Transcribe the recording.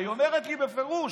היא אומרת לי בפירוש,